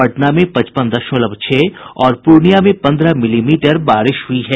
पटना में पचपन दशमलव छह और पूर्णियां में पन्द्रह मिलीमीटर बारिश हुई है